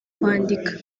kwandika